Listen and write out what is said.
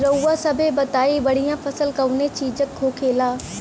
रउआ सभे बताई बढ़ियां फसल कवने चीज़क होखेला?